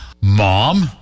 mom